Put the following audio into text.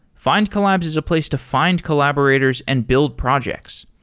findcollabs is a place to find collaborators and build projects.